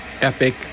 epic